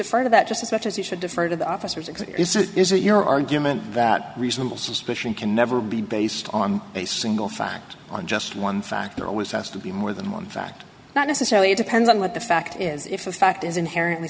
to that just as much as you should defer to the officers is that your argument that reasonable suspicion can never be based on a single fact on just one factor always has to be more than one fact not necessarily it depends on what the fact is if the fact is inherently